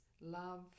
love